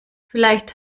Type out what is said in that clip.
vielleicht